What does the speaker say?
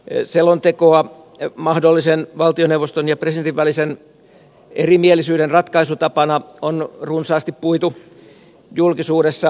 tätä selontekoa valtioneuvoston ja presidentin välisen mahdollisen erimielisyyden ratkaisutapana on runsaasti puitu julkisuudessa